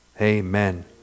Amen